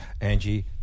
Angie